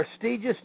prestigious